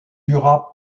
dura